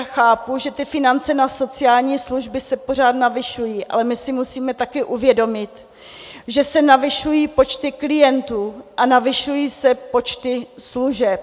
Chápu, že finance na sociální služby se pořád navyšují, ale my si musíme také uvědomit, že se navyšují počty klientů a navyšují se počty služeb.